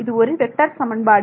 இது ஒரு வெக்டர் சமன்பாடு